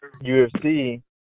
UFC